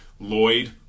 Lloyd